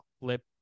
clip